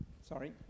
Sorry